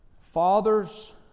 Fathers